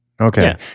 Okay